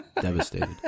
Devastated